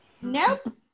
Nope